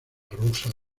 rusa